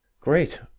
Great